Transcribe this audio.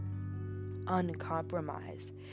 uncompromised